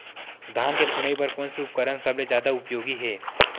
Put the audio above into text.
धान के फुनाई बर कोन से उपकरण सबले जादा उपयोगी हे?